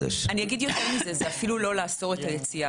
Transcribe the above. זה אפילו לא לאסור את היציאה,